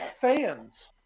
fans